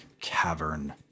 cavern